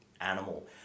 animal